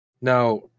now